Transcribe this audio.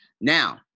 now